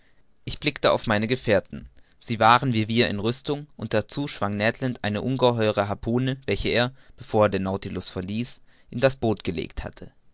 ich blickte auf meine gefährten sie waren wie wir in rüstung und dazu schwang ned land eine ungeheure harpune welche er bevor er den nautilus verließ in das boot gelegt hatte